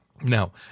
Now